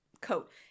Coat